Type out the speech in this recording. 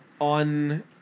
on